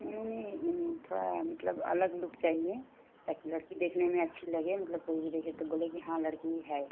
नहीं नहीं थोड़ा मतलब अलग लुक चाहिए ताकी लड़की देखने में अच्छी लागे मत्लब कोई भी देखे तो बोले कि हाँ लड़की है